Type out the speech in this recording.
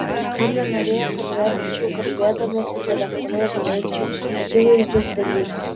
ji nenorėjo kad verkčiau kalbėdamasi telefonu ir neigčiau akivaizdžius dalykus